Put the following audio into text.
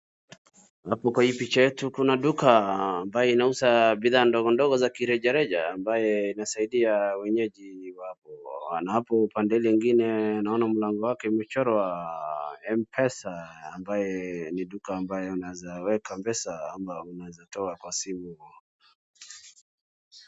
Hapo kwenye hii picha yetu kuna duka ambayo inauza bidhaa ndogo ndogo za kirejareja ambaye inasaidia wenyeji wa hapo. Na hapo upande ule ingine naona mlango wake imechorwa Mpesa ambaye ni duka ambayo unawezaweka pesa ama unaweza toa kwa simu